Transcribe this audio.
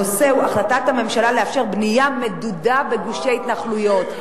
הנושא הוא: החלטת הממשלה לאפשר בנייה מדודה בגושי ההתנחלויות.